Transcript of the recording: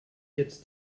jetzt